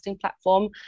platform